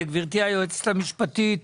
גברתי היועצת המשפטית,